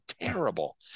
terrible